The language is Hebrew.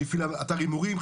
שהפעיל אתר הימורים,